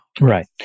Right